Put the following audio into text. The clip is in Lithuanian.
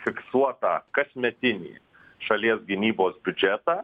fiksuotą kasmetinį šalies gynybos biudžetą